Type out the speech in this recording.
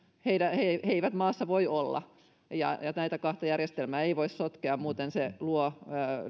eivät maassa voi olla näitä kahta järjestelmää ei voi sotkea muuten se luo